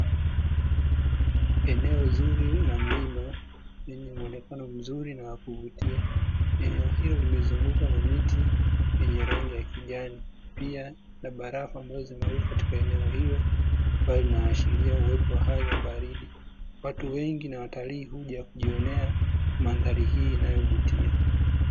Eneo zuri la mlima lenye mwonekano mzuri na wa kuvutia, eneo hilo limezungukwa na miti yenye rangi ya kijani, pia na barafu ambazo zinamwagika katika eneo hilo, inaashiria uwepo wa baridi, watu wengi ni watalii huja kujionea mandhari hii inayovutia.